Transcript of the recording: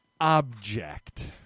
object